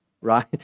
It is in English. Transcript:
right